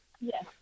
Yes